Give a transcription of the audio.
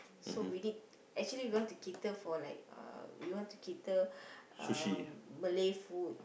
so we need actually we want to gather for like we want to gather Malay food